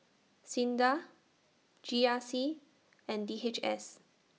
SINDA G R C and D H S